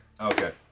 Okay